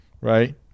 right